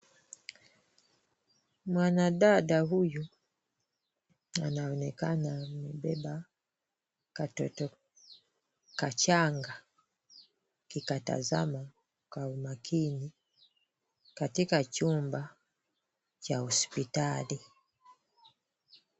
Mwanadada huyu anaonekana amebeba katoto kachanga akikatazama kwa umakini katika chumba cha hospitali.